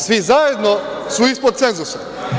Svi zajedno su ispod cenzusa.